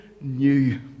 new